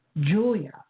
Julia